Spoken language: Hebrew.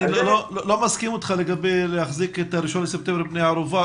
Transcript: אני לא מסכים איתך לגבי להחזיק את ה-1.9 כבן ערובה,